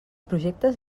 projectes